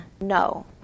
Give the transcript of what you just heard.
no